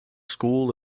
school